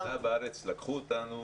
כתב "הארץ" לקח אותנו